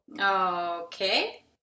Okay